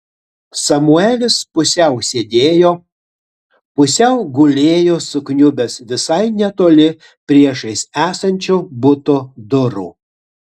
samuelis pusiau sėdėjo pusiau gulėjo sukniubęs visai netoli priešais esančio buto durų